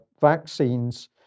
vaccines